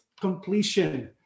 completion